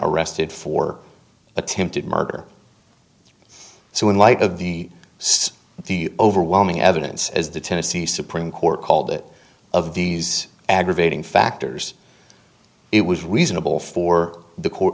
arrested for attempted murder so in light of the overwhelming evidence as the tennessee supreme court called it of these aggravating factors it was reasonable for the court